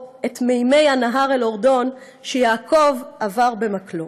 / את מימי הנהר אל-אורדון / שיעקוב עבר במקלו.